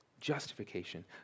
Justification